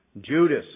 Judas